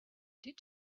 did